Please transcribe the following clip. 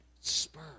spur